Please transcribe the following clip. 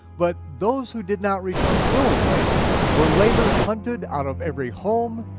but those who did not return willingly were later hunted out of every home,